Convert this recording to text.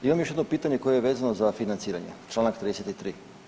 Imam još jedno pitanje koje je vezano za financiranje čl. 33.